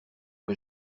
que